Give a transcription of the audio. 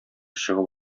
чыгып